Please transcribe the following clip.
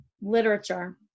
literature